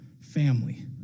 family